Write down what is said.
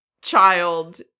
child